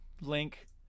link